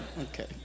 Okay